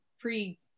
pre